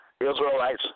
Israelites